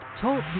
Talk